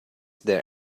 there